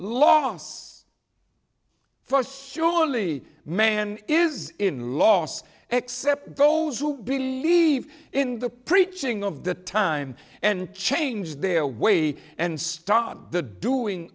loss first surely man is in loss except those who believe in the preaching of the time and change their way and start the doing